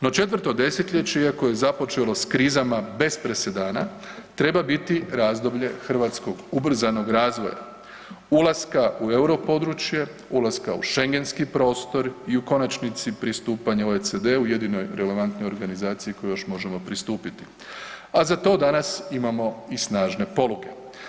No četvrto desetljeće iako je započelo s krizama bez presedana treba biti razdoblje hrvatskog ubrzanog razvoja, ulaska u Europodručje, ulaska u Šengenski prostor i u konačnici pristupanja u OECD jedinoj relevantnoj organizaciji kojoj još možemo pristupiti, a za to danas imamo i snažne poluge.